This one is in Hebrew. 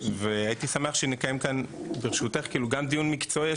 והייתי שמח שנקיים כאן ברשותך כאילו גם דיון מקצועי,